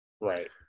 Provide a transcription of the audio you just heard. Right